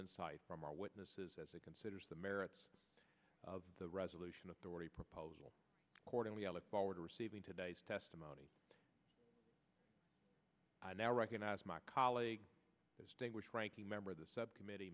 insight from our witnesses as it considers the merits of the resolution authority proposal accordingly i look forward to receiving today's testimony i now recognize my colleague distinguished ranking member of the subcommittee